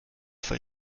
vor